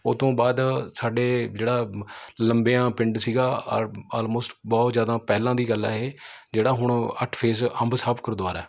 ਉਹ ਤੋਂ ਬਾਅਦ ਸਾਡੇ ਜਿਹੜਾ ਲੰਬਿਆਂ ਪਿੰਡ ਸੀਗਾ ਆਲ ਆਲਮੋਸਟ ਬਹੁਤ ਜ਼ਿਆਦਾ ਪਹਿਲਾਂ ਦੀ ਗੱਲ ਹੈ ਇਹ ਜਿਹੜਾ ਹੁਣ ਅੱਠ ਫੇਜ਼ ਅੰਬ ਸਾਹਿਬ ਗੁਰਦੁਆਰਾ